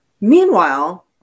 Meanwhile